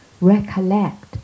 recollect